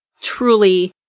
truly